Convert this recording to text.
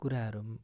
कुराहरू पनि